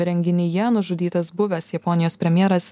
renginyje nužudytas buvęs japonijos premjeras